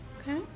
Okay